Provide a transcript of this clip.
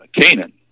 Canaan